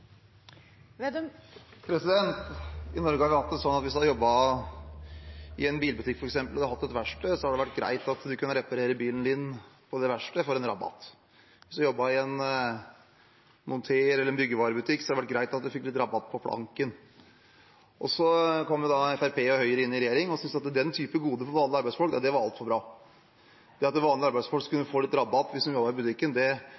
utslipp. I Norge har vi hatt det sånn at hvis man jobbet i en bilbutikk, f.eks., og hadde et verksted, var det greit at du kunne reparere bilen din på verkstedet og få en rabatt. Hvis man jobbet i en Montér- eller en byggevarebutikk, var det greit at du fikk litt rabatt på planken. Og så kom da Fremskrittspartiet og Høyre inn i regjering og syntes at den typen goder for vanlige arbeidsfolk var altfor bra. Det at vanlige arbeidsfolk